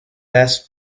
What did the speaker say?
last